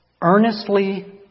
earnestly